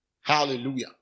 Hallelujah